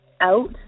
out